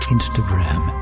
Instagram